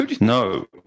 No